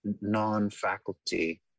non-faculty